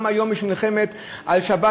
גם היום יש מלחמה על השבת.